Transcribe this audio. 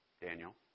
Daniel